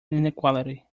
inequality